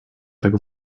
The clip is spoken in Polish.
tak